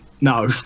no